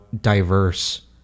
diverse